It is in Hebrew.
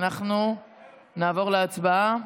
אנחנו נעבור להצבעה.